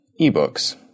Ebooks